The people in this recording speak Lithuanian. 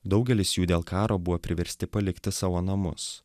daugelis jų dėl karo buvo priversti palikti savo namus